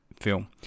film